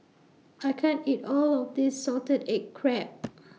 I can't eat All of This Salted Egg Crab